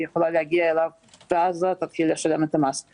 יכולה להגיע אליו ואז תתחיל לשלם את המס.